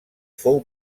fou